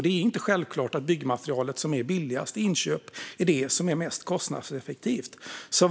Det är inte självklart att det byggmaterial som är billigast i inköp är det som är mest kostnadseffektivt.